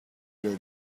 your